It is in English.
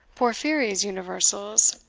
porphyry's universals,